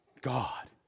God